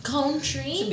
Country